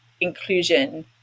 inclusion